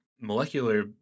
molecular